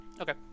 Okay